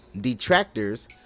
detractors